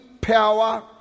power